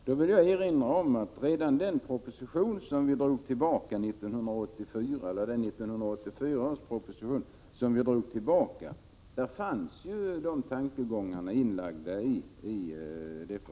Jag vill då erinra om att de tankegångarna fanns redan i 1984 års proposition, som drogs tillbaka.